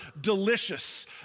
delicious